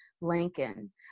Lincoln